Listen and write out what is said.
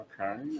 Okay